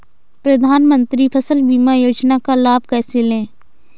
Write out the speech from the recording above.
प्रधानमंत्री फसल बीमा योजना का लाभ कैसे लें?